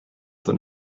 than